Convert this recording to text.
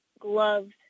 gloves